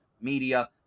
media